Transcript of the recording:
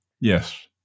Yes